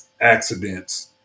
accidents